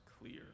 clear